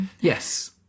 Yes